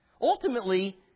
Ultimately